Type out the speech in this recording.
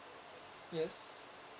yes